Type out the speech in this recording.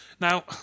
Now